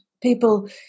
people